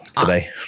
today